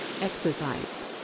Exercise